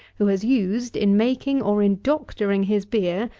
who has used, in making or in doctoring his beer,